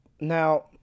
Now